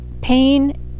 pain